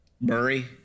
Murray